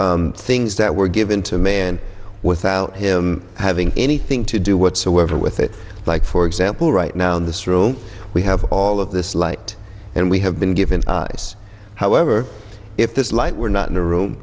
t things that were given to man without him having anything to do whatsoever with it like for example right now in this room we have all of this light and we have been given however if this light were not in the room